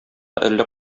әллә